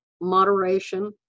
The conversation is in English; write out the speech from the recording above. Moderation